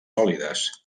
sòlides